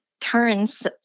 turns